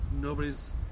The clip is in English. Nobody's